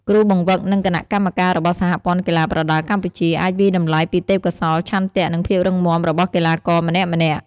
គ្រូបង្វឹក និងគណៈកម្មការរបស់សហព័ន្ធកីឡាប្រដាល់កម្ពុជា អាចវាយតម្លៃពីទេពកោសល្យ ឆន្ទៈ និងភាពរឹងមាំរបស់កីឡាករម្នាក់ៗ។